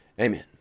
Amen